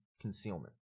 concealment